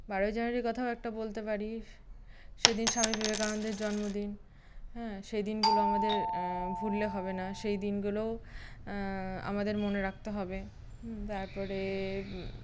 বারোই জানোয়ারির কথাও একটা বলতে পারি সেইদিন বিবেকানন্দের জন্মদিন হ্যাঁ সেইদিনগুলো আমাদের ভুললে হবে না সেই দিনগুলোও আমাদের মনে রাকতে হবে তারপরে